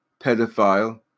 pedophile